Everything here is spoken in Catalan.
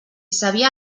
sabia